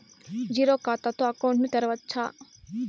Zero ఖాతా తో account ను తెరవచ్చా?